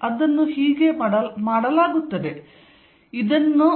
ಮತ್ತು ಅದನ್ನು ಹೀಗೆ ಮಾಡಲಾಗುತ್ತದೆ ಮತ್ತು ಇದನ್ನು